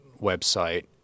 website